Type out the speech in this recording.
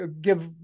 give